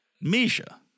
Misha